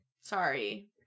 Sorry